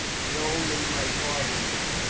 he only my father in law,